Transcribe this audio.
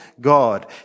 God